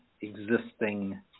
existing